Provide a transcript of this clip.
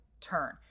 turn